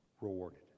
rewarded